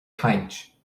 caint